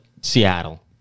Seattle